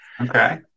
Okay